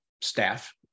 staff